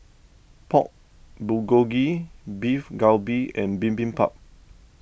Pork Bulgogi Beef Galbi and Bibimbap